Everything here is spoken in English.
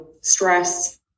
stress